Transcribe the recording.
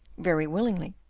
very willingly.